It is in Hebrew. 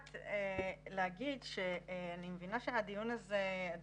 כמובן שאנחנו נמצאים כבר שלוש שנים בשלב ההיערכות